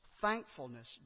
thankfulness